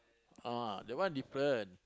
ah that one different